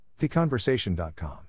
theconversation.com